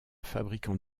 fabricant